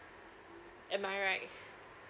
am I right